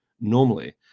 normally